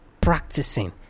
practicing